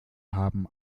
haben